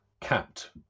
capped